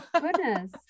goodness